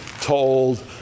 told